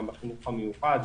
גם בחינוך המיוחד,